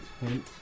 hint